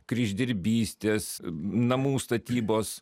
kryždirbystės namų statybos